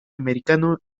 americano